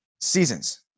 seasons